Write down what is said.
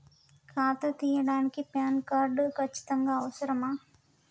ఖాతా తీయడానికి PAN card ఖచ్చితంగా అవసరమా?